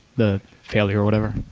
the failure or whatever.